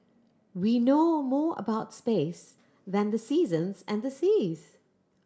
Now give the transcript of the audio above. we know more about space than the seasons and the seas